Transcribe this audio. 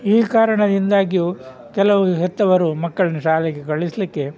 ಈ ಕಾರಣದಿಂದಾಗಿಯೂ ಕೆಲವು ಹೆತ್ತವರು ಮಕ್ಕಳನ್ನ ಶಾಲೆಗೆ ಕಳಿಸಲಿಕ್ಕೆ